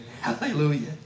Hallelujah